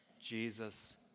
Jesus